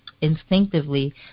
instinctively